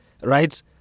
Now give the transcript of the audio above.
right